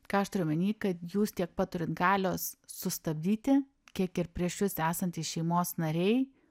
ką aš turiu omeny kad jūs tiek pat turit galios sustabdyti kiek ir prieš jus esantys šeimos nariai